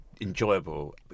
enjoyable